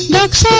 next